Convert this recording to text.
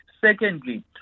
Secondly